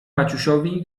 maciusiowi